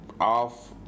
Off